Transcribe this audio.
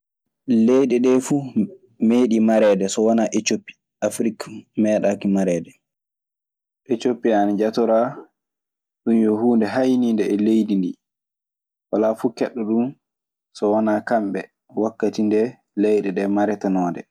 Leyɗe ɗee fu meeɗii mareede sona Ecoppi, Afrik meeɗaaki mareede. Ecoppi ana jatoraa… Ɗun yo huunde hayniinde e leydi ndii. Walaa fuu keɓɗo ɗun so wonaa kamɓe, wakkati nde Leyɗe ɗee maretenoo ndee.